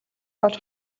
болж